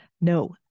No